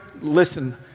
listen